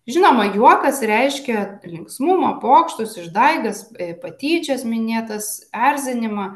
žinoma juokas reiškia linksmumą pokštus išdaigas patyčias minėtas erzinimą